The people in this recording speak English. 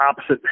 opposite